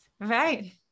right